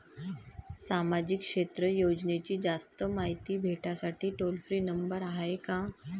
सामाजिक क्षेत्र योजनेची जास्त मायती भेटासाठी टोल फ्री नंबर हाय का?